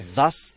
thus